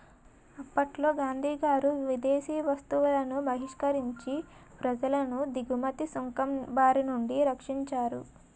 అప్పట్లో గాంధీగారు విదేశీ వస్తువులను బహిష్కరించి ప్రజలను దిగుమతి సుంకం బారినుండి రక్షించారు